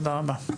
תודה רבה.